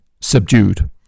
subdued